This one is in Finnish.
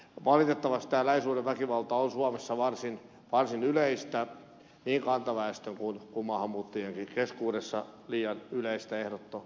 valitettavasti tämä lähisuhdeväkivalta on suomessa varsin yleistä niin kantaväestön kuin maahanmuuttajienkin keskuudessa liian yleistä ehdottomasti